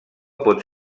pot